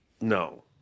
no